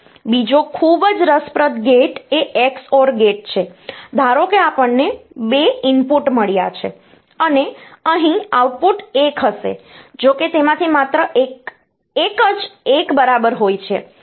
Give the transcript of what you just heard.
બીજો ખૂબ જ રસપ્રદ ગેટ એ XOR ગેટ છે ધારો કે આપણને 2 ઇનપુટ મળ્યા છે અને અહીં આઉટપુટ 1 હશે જો કે તેમાંથી માત્ર એક જ 1 બરાબર હોય છે